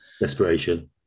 Desperation